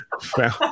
Found